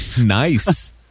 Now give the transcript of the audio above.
Nice